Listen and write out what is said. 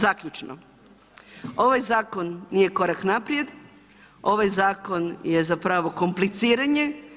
Zaključno, ovaj zakon nije korak naprijed, ovaj zakon je zapravo kompliciranje.